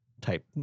type